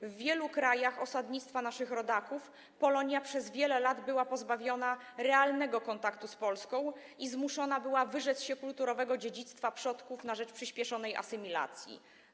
W wielu krajach osadnictwa naszych rodaków Polonia przez wiele lat była pozbawiona realnego kontaktu z Polską i była zmuszona wyrzec się kulturowego dziedzictwa przodków na rzecz przyspieszonej asymilacji.